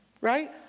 Right